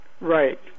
Right